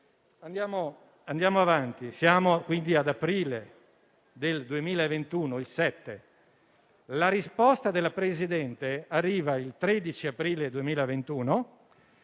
Andiamo avanti; siamo quindi al 7 aprile 2021. La risposta del Presidente arriva il 13 aprile 2021;